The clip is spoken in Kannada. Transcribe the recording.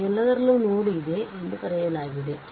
ಈ ಎಲ್ಲದರಲ್ಲೂ ನೋಡ್ ಇದೆ ಎಂದು ಬರೆಯಲಾಗಿದೆ